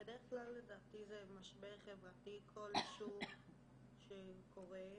לדעתי בדרך כלל זה משבר חברתי כלשהו שקורה.